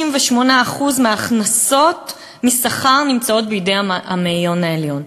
68% מההכנסות משכר נמצאות בידי המאיון העליון.